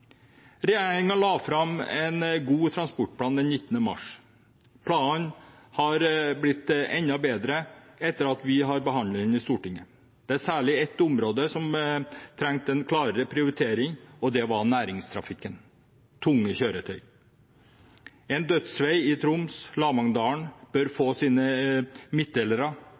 la fram en god transportplan den 19. mars. Planen er blitt enda bedre etter at vi har behandlet den i Stortinget. Det er særlig ett område som trengte en klarere prioritering, og det var næringstrafikken – tunge kjøretøy. En dødsvei i Troms, i Lavangsdalen, bør få sine